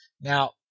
Now